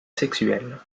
sexuel